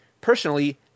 Personally